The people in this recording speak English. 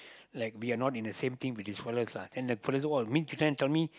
like they are not in the same team which is fellas lah then the fellas oh !wah! me my friend tell me